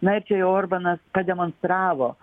na ir čia orbanas pademonstravo